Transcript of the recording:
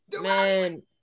Man